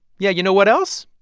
yeah, you know what else?